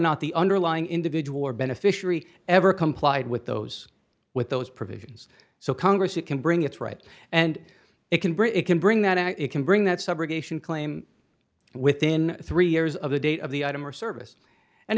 not the underlying individual or beneficiary ever complied with those with those provisions so congress it can bring its right and it can bring it can bring that it can bring that subrogation claim within three years of the date of the item or service